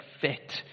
fit